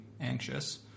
anxious